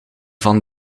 van